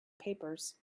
papers